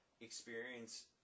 experience